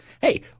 Hey